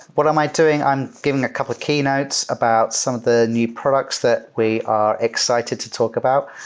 what am i doing? i'm giving a couple of keynotes about some of the new products that we are excited to talk about.